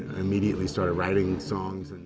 immediately started writing songs.